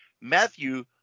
Matthew